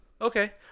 okay